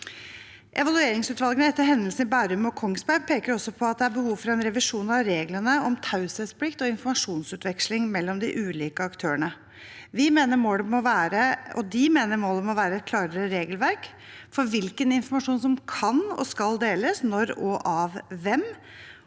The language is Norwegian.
Evalueringsutvalget etter hendelsene i Bærum og Kongsberg peker også på at det er behov for en revisjon av reglene om taushetsplikt og informasjonsutveksling mellom de ulike aktørene. De mener målet må være et klarere regelverk for hvilken informasjon som kan og skal deles, når og av hvem.